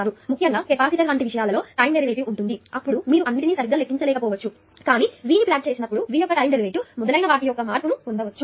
కాబట్టి ముఖ్యంగా కెపాసిటర్ వంటి విషయాలలో టైం డెరివేటివ్ ఉంటుంది అప్పుడు మీరు అన్నింటిని సరిగ్గా లెక్కించ లేకపోవచ్చు కానీ V ను ప్లాట్ చేసినప్పుడు మరియు V యొక్క టైం డెరివేటివ్ మొదలైన వాటి యొక్క మార్పును పొందవచ్చు